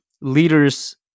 leaders